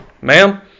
ma'am